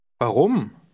Warum